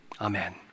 Amen